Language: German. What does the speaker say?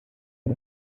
hat